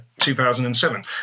2007